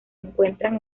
encuentran